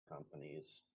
companies